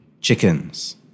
chickens